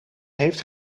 heeft